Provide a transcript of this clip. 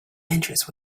interest